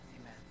amen